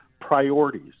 priorities